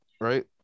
Right